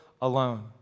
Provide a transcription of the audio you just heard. alone